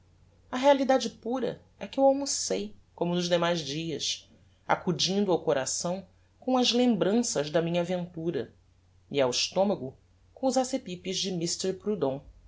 a realidade pura é que eu almocei como nos demais dias acudindo ao coração com as lembranças da minha aventura e ao estomago com os acepipes de